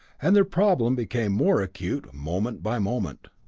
and their problem became more acute moment by moment.